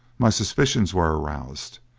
my suspicions were aroused,